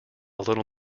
little